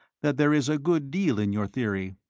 that there is a good deal in your theory.